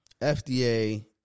FDA